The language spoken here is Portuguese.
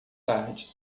tarde